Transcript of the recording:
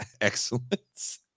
excellence